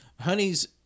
Honey's